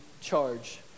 charge